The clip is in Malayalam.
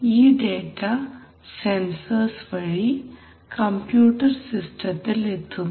ഈ ഡേറ്റ സെൻസർസ് വഴി കമ്പ്യൂട്ടർ സിസ്റ്റത്തിൽ എത്തുന്നു